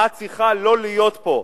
את צריכה לא להיות פה,